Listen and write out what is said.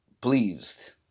pleased